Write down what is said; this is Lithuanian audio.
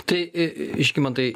tai i žygimantai